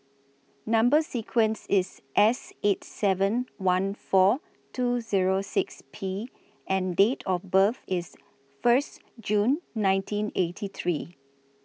Number sequence IS S eight seven one four two Zero six P and Date of birth IS First June nineteen eighty three